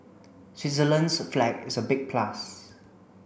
Switzerland's flag is a big plus